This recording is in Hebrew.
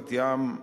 בת-ים,